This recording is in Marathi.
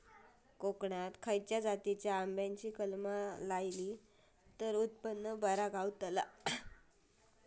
कोकणात खसल्या जातीच्या आंब्याची कलमा लायली तर उत्पन बरा गावताला?